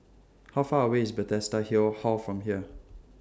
How Far away IS Bethesda Hill Hall from here